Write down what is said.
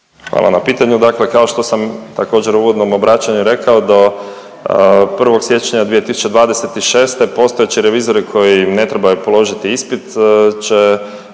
Hvala na pitanju, dakle kao što sam također u uvodnom obraćanju rekao, do 1. siječnja 2026. postojat će revizori koji ne trebaju položit ispit, će